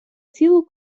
цілу